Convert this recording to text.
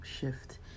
shift